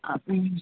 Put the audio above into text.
அப்படிங்